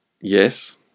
yes